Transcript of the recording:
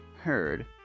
heard